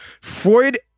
Freud